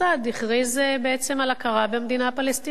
הכריז בעצם על הכרה במדינה פלסטינית,